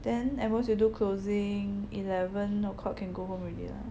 then at most you do closing eleven o'clock can go home already lah